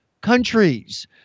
countries